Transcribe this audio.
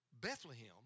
Bethlehem